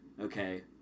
okay